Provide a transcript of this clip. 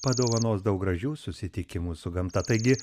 padovanos daug gražių susitikimų su gamta taigi